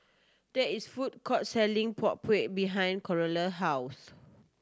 there is food court selling Png Kueh behind Creola house